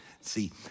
See